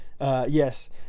Yes